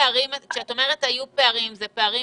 כשאת אומרת שהיו פערים, האם זה פערים